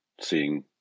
seeing